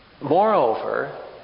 moreover